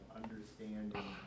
understanding